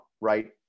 right